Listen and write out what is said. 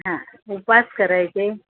हां उपास करायचे